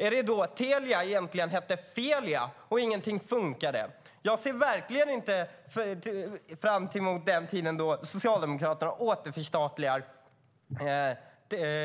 Är det då Telia egentligen hette Felia och ingenting funkade? Jag ser verkligen inte fram emot den tid då Socialdemokraterna återförstatligar